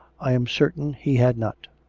i am certain he had not.